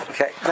Okay